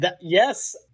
Yes